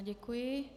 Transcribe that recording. Děkuji.